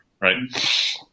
Right